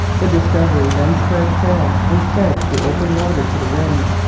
the discovery then spread sail and sped through open water to the wind.